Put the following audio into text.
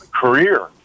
career